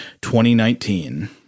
2019